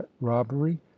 robbery